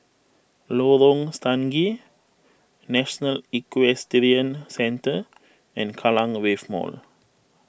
Lorong Stangee National Equestrian Centre and Kallang Wave Mall